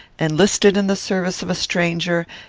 enlisted in the service of a stranger,